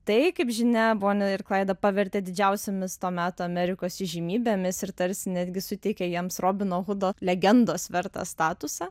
tai kaip žinia boni ir klaidą pavertė didžiausiomis to meto amerikos įžymybėmis ir tarsi netgi suteikė jiems robino hudo legendos vertą statusą